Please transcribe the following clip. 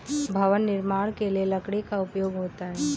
भवन निर्माण के लिए लकड़ी का उपयोग होता है